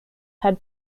had